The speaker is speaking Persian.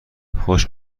خوش